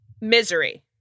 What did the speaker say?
Misery